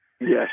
Yes